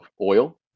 oil